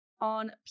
on